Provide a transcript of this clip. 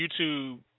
YouTube